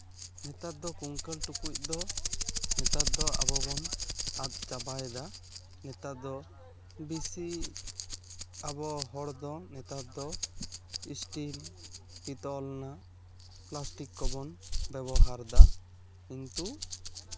ᱱᱮᱛᱟᱨ ᱫᱚ ᱠᱩᱝᱠᱟᱹᱞ ᱴᱩᱠᱩᱡ ᱫᱚ ᱱᱮᱛᱟᱨ ᱫᱚ ᱟᱵᱚ ᱵᱚᱱ ᱟᱫ ᱪᱟᱵᱟᱭᱮᱫᱟ ᱱᱮᱛᱟᱨ ᱫᱚ ᱵᱮᱥᱤ ᱟᱵᱚ ᱦᱚᱲ ᱫᱚ ᱱᱮᱛᱟᱨ ᱫᱚ ᱥᱴᱤᱞ ᱯᱤᱛᱚᱞ ᱨᱮᱱᱟᱜ ᱯᱞᱟᱥᱴᱤᱠ ᱠᱚᱵᱚᱱ ᱵᱮᱵᱚᱦᱟᱨ ᱫᱟ ᱠᱤᱱᱛᱩ